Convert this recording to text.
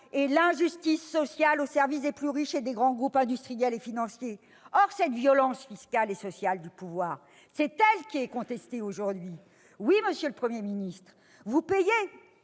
et l'injustice sociale au service des plus riches et des grands groupes industriels et financiers. Or cette violence fiscale et sociale du pouvoir, c'est elle qui est contestée aujourd'hui ! Oui, monsieur le Premier ministre, vous payez